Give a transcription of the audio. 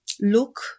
look